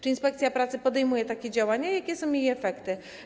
Czy inspekcja pracy podejmuje takie działania i jakie są ich efekty?